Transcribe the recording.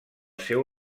seu